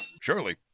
Surely